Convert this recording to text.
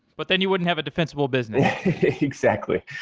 but then you wouldn't have a defensible business exactly.